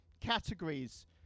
categories